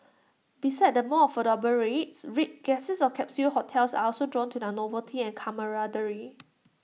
besides the more affordable rates rate guests of capsule hotels are also drawn to their novelty and camaraderie